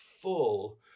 full